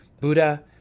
Buddha